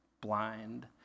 blind